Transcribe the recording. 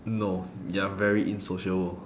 no you're very insociable